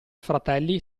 fratelli